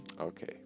Okay